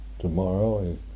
tomorrow